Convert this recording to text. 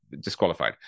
Disqualified